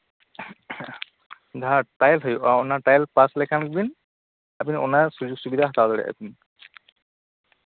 ᱡᱟᱸᱦᱟ ᱴᱨᱟᱭᱮᱞ ᱦᱩᱭᱩᱜᱼᱟ ᱚᱱᱟ ᱴᱨᱟᱭᱮᱞ ᱯᱟᱥ ᱞᱮᱠᱷᱟᱱ ᱜᱮᱵᱤᱱ ᱚᱱᱟ ᱥᱩᱡᱳᱜ ᱥᱩᱵᱤᱫᱷᱟ ᱦᱟᱛᱟᱣ ᱫᱟᱲᱮᱭᱟᱜᱼᱟ ᱵᱤᱱ